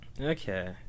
Okay